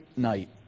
night